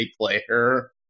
player